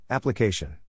Application